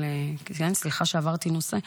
סליחה שעברתי נושא,